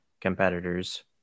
competitors